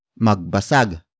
Magbasag